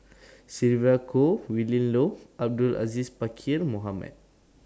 Sylvia Kho Willin Low Abdul Aziz Pakkeer Mohamed